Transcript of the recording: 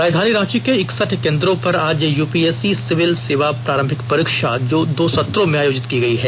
राजधानी रांची के इकसठ केन्द्रों पर आज यूपीएससी सिविल सेवा प्रारंभिक परीक्षा दो सत्रों में आयोजित की गयी है